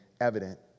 evident